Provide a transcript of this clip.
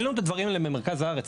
אין לנו את הדברים האלה במרכז הארץ,